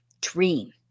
dream